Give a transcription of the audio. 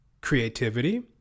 creativity